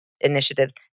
initiatives